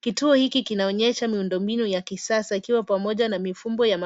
Kituo hiki kinaonyesha miundo mbinu ya kisasa ikiwa pamoja na mifumo ya